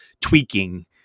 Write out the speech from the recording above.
tweaking